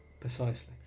Precisely